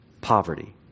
Poverty